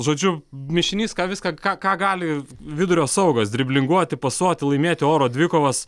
žodžiu mišinys ką viską ką ką gali vidurio saugas driblinguoti pasuoti laimėti oro dvikovas